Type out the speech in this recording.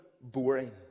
Boring